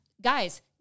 guys